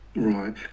Right